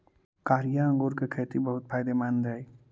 कारिया अंगूर के खेती बहुत फायदेमंद हई